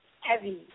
heavy